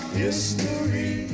history